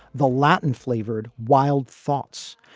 the latin flavored wild thoughts.